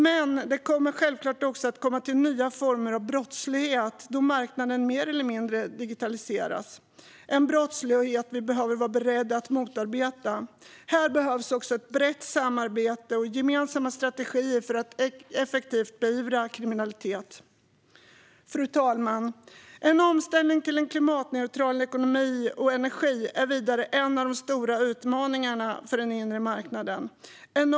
Men det kommer självklart också att tillkomma nya former av brottslighet då marknaden mer och mer digitaliseras. Den brottsligheten behöver vi vara beredda att motarbeta. Här behövs också brett samarbete och gemensamma strategier för att effektivt beivra kriminalitet. Fru talman! En omställning till en klimatneutral ekonomi och klimatneutral energi är en av de stora utmaningarna för den inre marknaden.